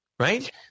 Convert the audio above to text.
Right